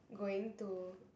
going to